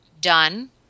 done